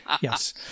Yes